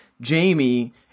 Jamie